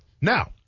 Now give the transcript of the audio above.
Now